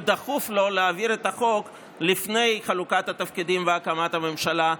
ודחוף לו להעביר את החוק לפני חלוקת התפקידים והקמת הממשלה,